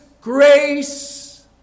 grace